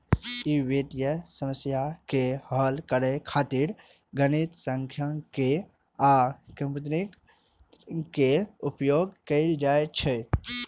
ई वित्तीय समस्या के हल करै खातिर गणित, सांख्यिकी आ कंप्यूटिंग के उपयोग करै छै